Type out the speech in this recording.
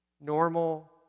Normal